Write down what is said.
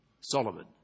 Solomon